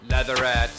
Leatherette